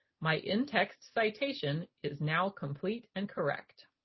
my in-text citation is now complete and correct.